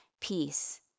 peace